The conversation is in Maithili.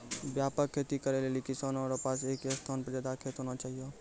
व्यापक खेती करै लेली किसानो रो पास एक ही स्थान पर ज्यादा खेत होना चाहियो